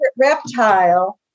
reptile